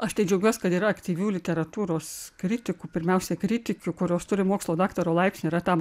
aš tai džiaugiuos kad yra aktyvių literatūros kritikų pirmiausia kritikių kurios turi mokslo daktaro laipsnį yra tam